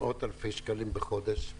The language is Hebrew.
מאות-אלפי שקלים בחודש,